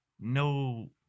no